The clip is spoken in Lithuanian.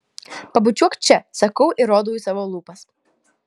pabučiuok čia sakau ir rodau į savo lūpas